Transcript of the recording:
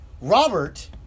Robert